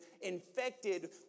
infected